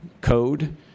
Code